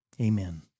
Amen